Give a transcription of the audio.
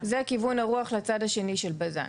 זה כיוון הרוח לצד השני של בז"ן,